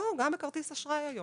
לא, גם בכרטיס אשראי היום.